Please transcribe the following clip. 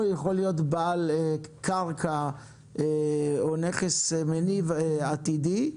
יכול להיות בעל קרקע או נכס מניב עתידי.